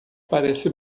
parece